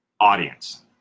audience